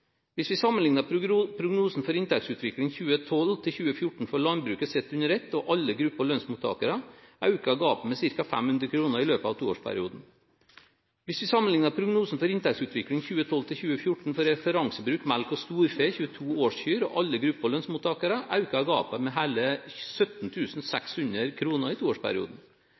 Hvis vi sammenligner prognosen for inntektsutvikling 2012–2014 for landbruket sett under ett og alle grupper lønnsmottakere, øker gapet med ca. 500 kr i løpet av toårsperioden. Hvis vi sammenligner prognosen for inntektsutvikling 2012–2014 for referansebruk melk og storfe, 22 årskyr og alle grupper lønnsmottakere, øker gapet med hele 17 600 kr i toårsperioden.